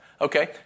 Okay